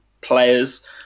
players